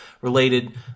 related